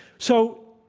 so,